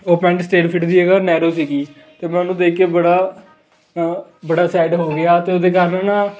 ਉਹ pant straight fit ਦੀ ਜਗ੍ਹਾ ਨੈਰੋ ਸੀਗੀ ਅਤੇ ਮੈਂ ਉਹਨੂੰ ਦੇਖ ਕੇ ਬੜਾ ਬੜਾ ਸੈਡ ਹੋ ਗਿਆ ਅਤੇ ਉਹਦੇ ਕਾਰਨ ਨਾ